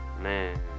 man